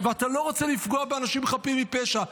ואתה לא רוצה לפגוע באנשים חפים מפשע,